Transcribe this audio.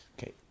Okay